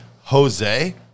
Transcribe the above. Jose